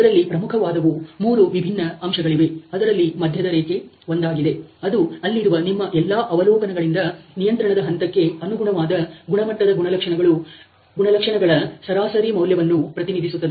ಅದರಲ್ಲಿ ಪ್ರಮುಖವಾದವು ಮೂರು ವಿಭಿನ್ನ ಅಂಶಗಳಿವೆ ಅದರಲ್ಲಿ ಮಧ್ಯದ ರೇಖೆ ಒಂದಾಗಿದೆ ಅದು ಅಲ್ಲಿರುವ ನಿಮ್ಮ ಎಲ್ಲಾ ಅವಲೋಕನಗಳಿಂದ ನಿಯಂತ್ರಣದ ಹಂತಕ್ಕೆ ಅನುಗುಣವಾದ ಗುಣಮಟ್ಟದ ಗುಣಲಕ್ಷಣಗಳು ಸರಾಸರಿ ಮೌಲ್ಯವನ್ನು ಪ್ರತಿನಿಧಿಸುತ್ತದೆ